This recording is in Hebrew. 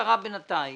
בינתיים